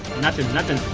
nothing nothing!